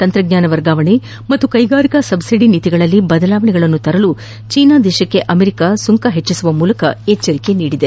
ತಂತ್ರಜ್ಜಾನ ವರ್ಗಾವಣೆ ಮತ್ತು ಕೈಗಾರಿಕಾ ಸಬ್ಲಿಡಿ ನೀತಿಗಳಲ್ಲಿ ಬದಲಾವಣೆಗಳನ್ನು ತರಲು ಚೀನಾಗೆ ಅಮೆರಿಕಾ ಸುಂಕ ಹೆಚ್ಚಿಸುವ ಮೂಲಕ ಎಚ್ಚರಿಕೆ ನೀಡಿದೆ